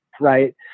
Right